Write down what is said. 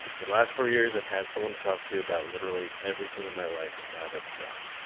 for the last four years, i've had someone to talk to about literally everything in my life, and now that's gone.